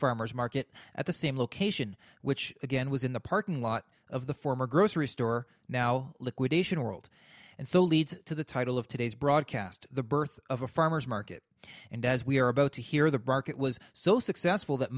farmer's market at the same location which again was in the parking lot of the former grocery store now liquidation world and so leads to the title of today's broadcast the birth of a farmer's market and as we are about to hear the bark it was so successful that